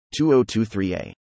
2023a